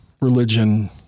religion